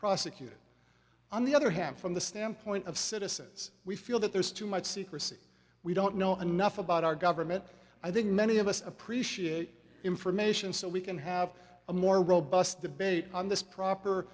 prosecuted on the other hand from the standpoint of citizens we feel that there's too much secrecy we don't know enough about our government i think many of us appreciate information so we can have a more robust debate on this proper